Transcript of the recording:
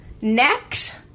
next